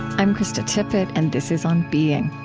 i'm krista tippett, and this is on being.